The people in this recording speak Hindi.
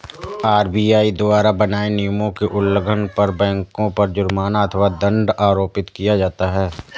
आर.बी.आई द्वारा बनाए नियमों के उल्लंघन पर बैंकों पर जुर्माना अथवा दंड आरोपित किया जाता है